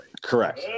Correct